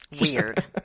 Weird